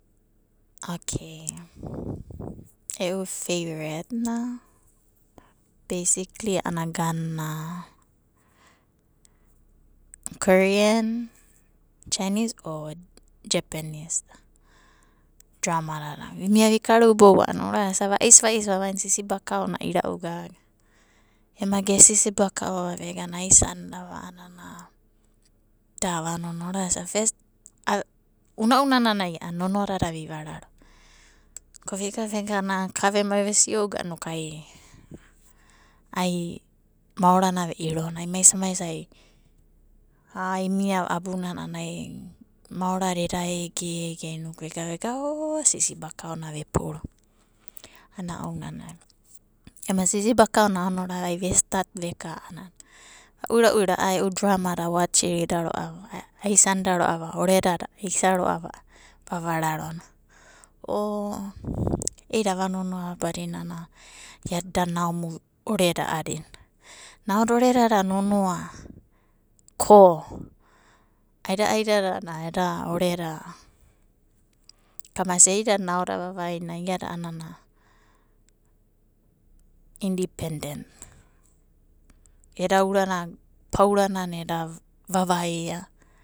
Okei e'u feiretna beisikli a'ana korien, chainis o jepenis da drama dada. Vimia vikarubou va'isi va'isi vavaina eda sisibakaona ira'u gago. Ema ge sisibakao na egana aisandava a'anana da ava nonoa ro'ava. Orasa fest, una'una nanai a'ana nonoadada vivararo ko vega vegana ka vemai vesi'ouga a'anai ai maorana ve'irona maisa'i maisa'i a'a imiava abunanai maorada eda egege inoki vega vega o sisibakaona vepuru. Ana ounanai ema sisibakaona aonorava ai ve stat veka a'ana va uira a'a e'u dramada a waeh ro'ava ai aisanda ro'ava oredada vavararo o i'ida ava nonoadava badinana iada da nao oreda a'adina. Naoda oredada nonoa ko aida aida dada eda oreda kamasia ei'ida naoda vavaina iada a'ana indipendent eda urana pauranana eda vavaia.